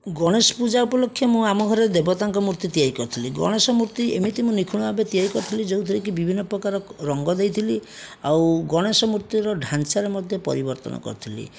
ଗଣେଶ ପୂଜା ଉପଲକ୍ଷେ ମୁଁ ଆମ ଘରେ ଦେବତାଙ୍କ ମୂର୍ତ୍ତି ତିଆରି କରିଥିଲି ଗଣେଶ ମୂର୍ତ୍ତି ଏମିତି ମୁଁ ନିଖୁଣ ଭାବେ ତିଆରି କରିଥିଲି ଯେଉଁ ଥିରେ କି ବିଭିନ୍ନପ୍ରକାର ରଙ୍ଗ ଦେଇଥିଲି ଆଉ ଗଣେଶ ମୂର୍ତ୍ତିର ଢାଞ୍ଚାରେ ମଧ୍ୟ ପରିବର୍ତ୍ତନ କରିଥିଲି